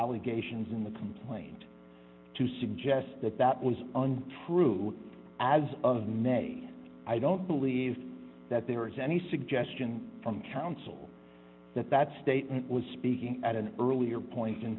allegations in the complaint to suggest that that was untrue as of may i don't believe that there is any suggestion from counsel that that statement was speaking at an earlier point in